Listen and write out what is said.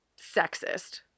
sexist